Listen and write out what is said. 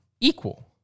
equal